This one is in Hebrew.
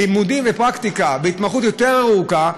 לימודים ופרקטיקה בהתמחות ארוכה יותר,